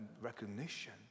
recognition